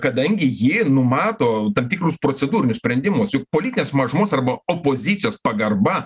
kadangi ji numato tam tikrus procedūrinius sprendimus juk politinės mažumos arba opozicijos pagarba